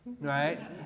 right